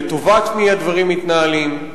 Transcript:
לטובת מי הדברים מתנהלים.